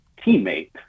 teammate